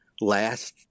last